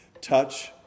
touch